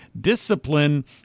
discipline